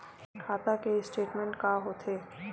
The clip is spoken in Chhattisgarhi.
खाता के स्टेटमेंट का होथे?